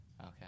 Okay